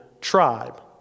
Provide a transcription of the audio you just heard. tribe